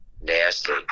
Nasty